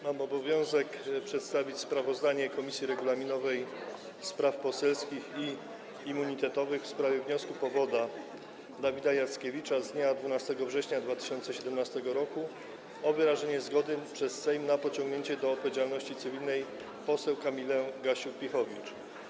Mam obowiązek przedstawić sprawozdanie Komisji Regulaminowej, Spraw Poselskich i Immunitetowych w sprawie wniosku powoda Dawida Jackiewicza z dnia 12 września 2017 r. o wyrażenie zgody przez Sejm na pociągnięcie do odpowiedzialności cywilnej poseł Kamili Gasiuk-Pihowicz.